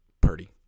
Purdy